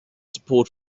support